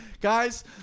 guys